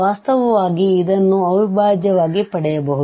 ವಾಸ್ತವವಾಗಿ ಇದನ್ನುಅವಿಭಾಜ್ಯವಾಗಿ ಪಡೆಯಬಹುದು